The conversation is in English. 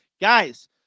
Guys